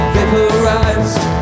Vaporized